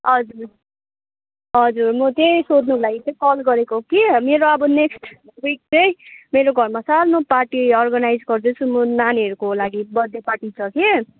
हजुर हजुर म त्यहीँ सोध्नुको लागि चाहिँ कल गरेको कि अब नेक्स्ट विक चाहिँ मेरो घरमा सानो पार्टी अर्ग्नाइज गर्दैछु मेरो नानीहरूको लागि बर्थडे पार्टी छ कि